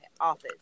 office